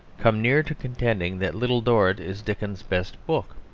come near to contending that little dorrit is dickens's best book.